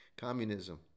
communism